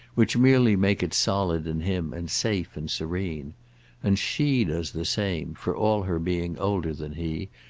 which merely make it solid in him and safe and serene and she does the same for all her being older than he,